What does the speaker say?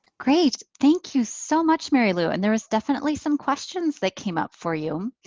great, thank you so much mary lou and there was definitely some questions that came up for you.